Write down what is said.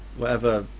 whatever